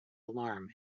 alarm